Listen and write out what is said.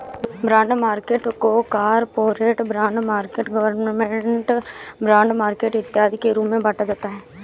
bond market को corporate bond market government bond market इत्यादि के रूप में बांटा जाता है